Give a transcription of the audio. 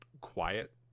quiet